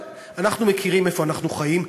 אבל אנחנו מכירים איפה אנחנו חיים,